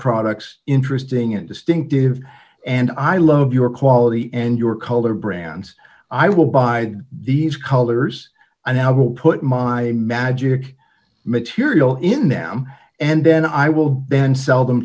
products interesting and distinctive and i love your quality and your color brands i will buy these colors and i will put my magic material in them and then i will ben sell them